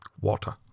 Water